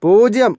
പൂജ്യം